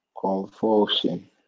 Convulsion